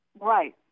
Right